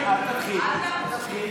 אל תתחיל, אל תתחיל